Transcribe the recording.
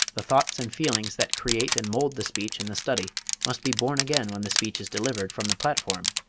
the thoughts and feelings that create and mould the speech in the study must be born again when the speech is delivered from the platform.